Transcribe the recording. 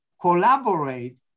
collaborate